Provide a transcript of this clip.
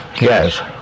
Yes